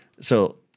So-